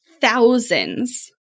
thousands